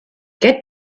get